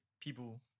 people